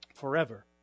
forever